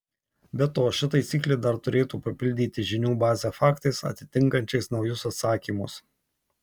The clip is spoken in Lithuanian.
be to ši taisyklė dar turėtų papildyti žinių bazę faktais atitinkančiais naujus atsakymus